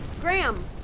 Graham